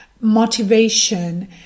motivation